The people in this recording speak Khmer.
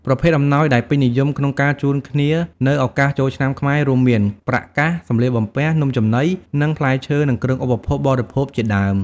ប្រភេទអំណោយដែលពេញនិយមក្នុងការជូនគ្នានៅឱកាសចូលឆ្នាំខ្មែរ រួមមាន ប្រាក់កាស សម្លៀកបំពាក់ថ្មី នំចំណី និងផ្លែឈើ និងគ្រឿងឧបភោគបរិភោគជាដើម។